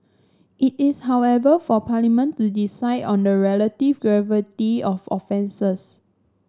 it is however for Parliament to decide on the relative gravity of offences